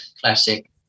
classic